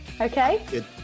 Okay